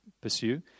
pursue